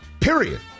Period